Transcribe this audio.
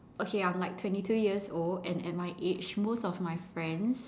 okay I'm like twenty two years old and and at my age most of my friends